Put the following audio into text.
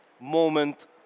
moment